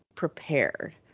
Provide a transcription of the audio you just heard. Prepared